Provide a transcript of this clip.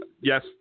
yes